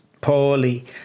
poorly